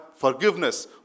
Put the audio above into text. Forgiveness